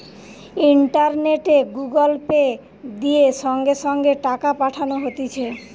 ইন্টারনেটে Google Pay, দিয়ে সঙ্গে সঙ্গে টাকা পাঠানো হতিছে